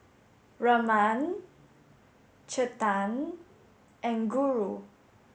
Raman Chetan and Guru